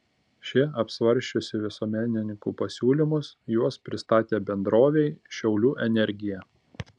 ši apsvarsčiusi visuomenininkų pasiūlymus juos pristatė bendrovei šiaulių energija